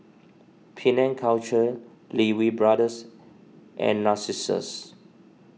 Penang Culture Lee Wee Brothers and Narcissus